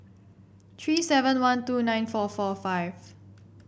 three seven one two nine four four five